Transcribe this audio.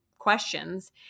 questions